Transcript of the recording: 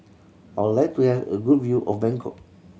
I like to have a good view of Bangkok